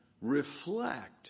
reflect